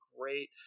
great